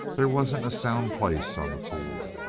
there wasn't a sound place on the fool.